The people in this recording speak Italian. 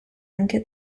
anche